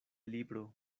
libro